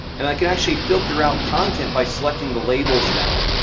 and i can actually filter out content by selecting the labels now.